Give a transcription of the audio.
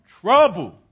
trouble